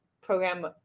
program